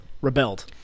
rebelled